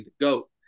GOAT